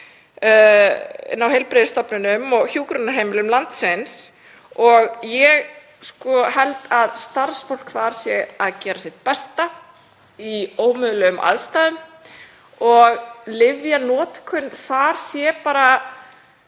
við á heilbrigðisstofnunum og hjúkrunarheimilum landsins. Ég held að starfsfólk þar sé að gera sitt besta í ómögulegum aðstæðum og lyfjanotkun þar sé